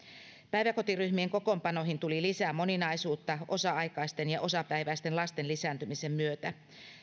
päiväkotiryhmien kokoonpanoihin tuli lisää moninaisuutta osa aikaisten ja osapäiväisten lasten lisääntymisen myötä